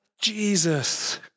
Jesus